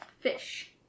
fish